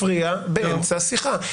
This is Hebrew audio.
גלעד, אתה לא מפריע באמצע השיחה.